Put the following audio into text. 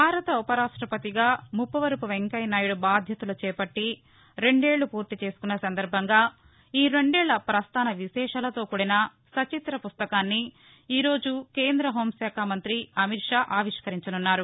భారత ఉపరాష్టపతిగా ముప్పవరపు వెంకయ్య నాయుడు బాధ్యతలు చేపట్టి రెండేళ్లు పూర్తి చేసుకున్న సందర్బంగా ఈ రెండేళ్ల ప్రస్థాన విశేషాలతో కూడిన సచిత్ర పుస్తకాన్ని ఈ రోజు కేంద్ర హోంశాఖ మంతి అమిత్ షా ఆవిష్టరించసున్నారు